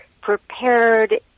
prepared